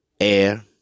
air